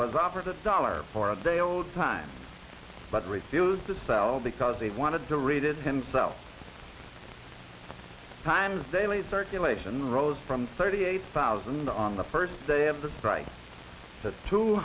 was offered a dollar for a day owed time but refused to sell because they wanted to read it himself it's times daily circulation rose from thirty eight thousand on the first day of the sprites t